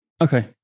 Okay